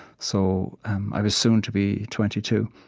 so i was soon to be twenty two.